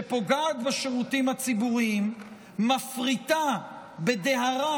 שפוגעת בשירותים הציבוריים ומפריטה בדהרה